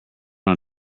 are